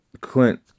Clint